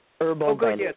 Herbal